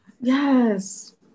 Yes